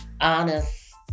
honest